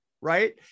Right